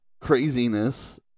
craziness